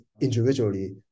individually